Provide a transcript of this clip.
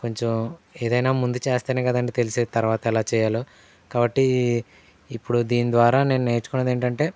కొంచెం ఏదైనా ముందు చేస్తేనే కదండీ తెలిసేది తర్వాత ఎలా చేయాలో కాబట్టి ఇప్పుడు దీని ద్వారా నేను నేర్చుకున్నది ఏంటంటే